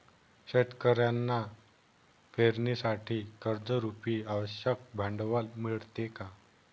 शेतकऱ्यांना पेरणीसाठी कर्जरुपी आवश्यक भांडवल मिळते का?